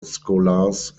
scholars